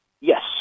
Yes